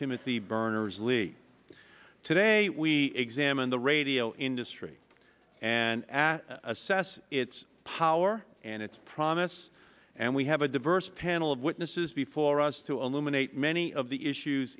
timothy berners lee today we examine the radio industry and assess its power and its promise and we have a diverse panel of witnesses before us to eliminate many of the issues